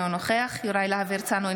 אינו נוכח יוראי להב הרצנו,